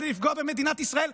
כדי לפגוע במדינת ישראל,